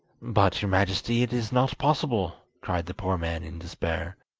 but, your majesty, it is not possible cried the poor man in despair.